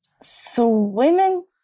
swimming